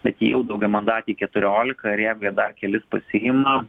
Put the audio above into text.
bet jie jau daugiamandatėj keturiolika ir jeigu jie dar kelis pasiima